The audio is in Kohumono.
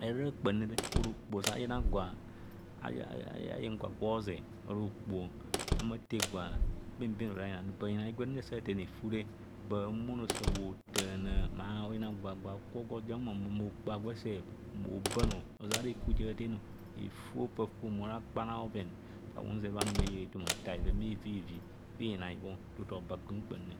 ayeng, araa kpam sa tina gwa ay3 aye gwa gwe ozeb ora okpoho a humo athee gwa, asi inai re sa atteen efu re ba--ahumono sa bho thạạnạ, maa oyina gwa gwa gwo kubho gwe oja ohuma ahumo okpoho agwe ohuma obaan o, ozena ara ɛfu ja atheen